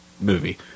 movie